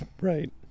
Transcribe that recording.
right